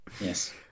Yes